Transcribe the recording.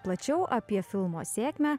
plačiau apie filmo sėkmę